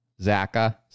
Zaka